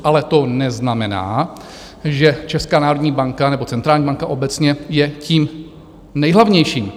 Ale to neznamená, že Česká národní banka nebo centrální banka obecně je tím nejhlavnější.